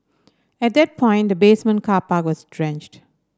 at that point the basement car park was drenched